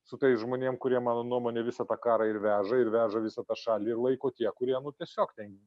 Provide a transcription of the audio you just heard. su tais žmonėm kurie mano nuomone visą tą karą ir veža ir veža visą tą šalį ir laiko tie kurie tiesiog ten